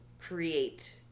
create